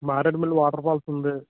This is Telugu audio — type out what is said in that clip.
మారేడుమిల్లి వాటర్ఫాల్స్ ఉంది